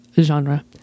genre